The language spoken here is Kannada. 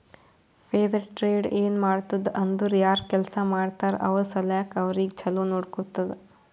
ಫೇರ್ ಟ್ರೇಡ್ ಏನ್ ಮಾಡ್ತುದ್ ಅಂದುರ್ ಯಾರ್ ಕೆಲ್ಸಾ ಮಾಡ್ತಾರ ಅವ್ರ ಸಲ್ಯಾಕ್ ಅವ್ರಿಗ ಛಲೋ ನೊಡ್ಕೊತ್ತುದ್